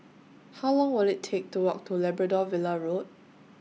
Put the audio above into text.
How Long Will IT Take to Walk to Labrador Villa Road